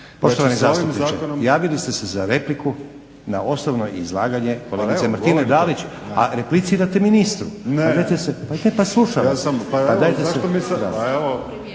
Poštovani zastupniče, javili ste se za repliku na osnovno izlaganje kolegice Martine Dalić, a replicirate ministru. … /Govornici govore u isti